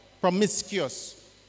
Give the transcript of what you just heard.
promiscuous